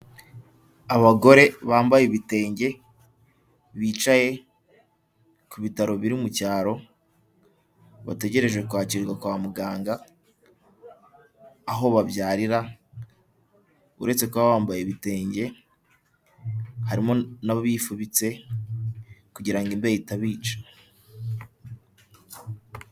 Abagore bambaye ibitenge bicaye ku bitaro biri mu cyaro bategereje kwakirwa kwa muganga, aho babyarira uretse kuba bambaye ibitenge harimo n'abifubitse kugirango imbeho itabica.